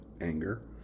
anger